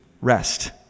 rest